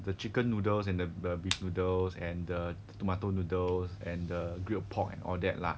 the chicken noodles and the beef noodles and the tomato noodles and the grilled pork and all that lah